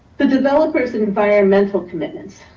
the developers environmental commitments.